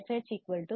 026 kilohertz